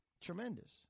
Tremendous